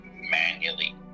manually